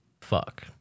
fuck